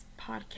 podcast